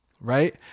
right